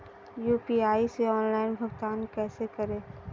UPI से online भुगतान कैसे करें?